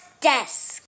desk